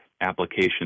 application